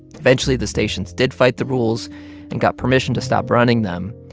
eventually, the stations did fight the rules and got permission to stop running them.